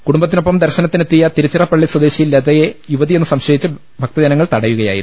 കുടുംബത്തിനൊടൊപ്പം ദർശനത്തിന് എത്തിയ തിരിച്ചിറപ്പള്ളി സ്വദേശി ലതയെ യുവതിയെന്ന് സംശ യിച്ച് ഭക്തജനങ്ങൾ തടയുകയായിരുന്നു